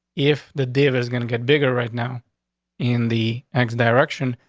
if the dave is gonna get bigger right now in the x direction,